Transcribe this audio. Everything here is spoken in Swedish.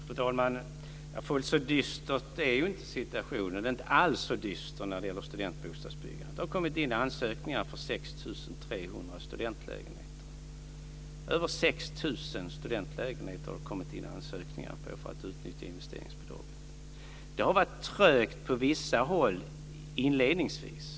Fru talman! Fullt så dyster är ju inte situationen. Den är inte alls så dyster när det gäller studentbostadsbyggande. Det har kommit in ansökningar på 6 300 studentlägenheter. Över 6 000 studentlägenheter har det kommit in ansökningar om där man vill utnyttja investeringsbidraget. Det har varit trögt på vissa håll inledningsvis.